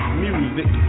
music